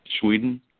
Sweden